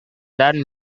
dan